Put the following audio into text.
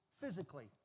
physically